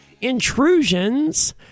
intrusions